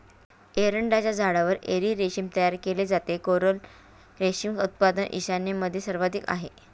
एरंडाच्या झाडावर एरी रेशीम तयार केले जाते, कोरल रेशीम उत्पादन ईशान्येमध्ये सर्वाधिक आहे